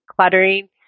cluttering